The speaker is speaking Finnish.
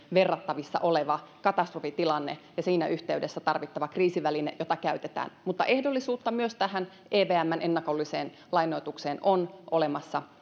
verrattavissa oleva katastrofitilanne ja siinä yhteydessä tarvittava kriisiväline jota käytetään mutta ehdollisuutta myös tähän evmn ennakolliseen lainoitukseen on olemassa